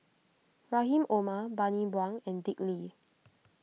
Rahim Omar Bani Buang and Dick Lee